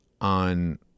on